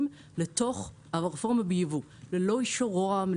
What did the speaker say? לתוך הרפורמה בייבוא ללא אישור רוה"מ,